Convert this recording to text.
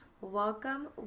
Welcome